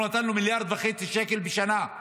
אנחנו נתנו מיליארד וחצי שקל בשנה,